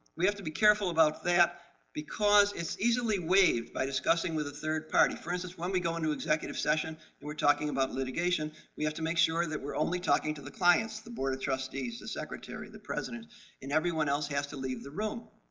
we have to be careful about that because it's easily waived by discussing with a third party. for instance, when we go into executive session, we're talking about litigation, we have to make sure that we're only talking to the clients, the board of trustees, the secretary, the president and everyone else has to leave the room.